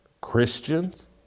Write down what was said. Christians